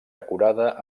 decorada